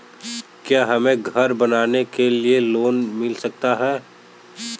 क्या हमें घर बनवाने के लिए लोन मिल सकता है?